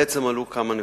עלו כמה נקודות.